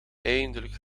eindelijk